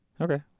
Okay